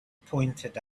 pointed